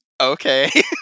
Okay